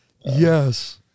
Yes